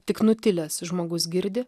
tik nutilęs žmogus girdi